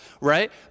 right